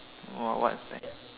!wah! what aspect